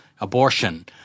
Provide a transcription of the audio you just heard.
abortion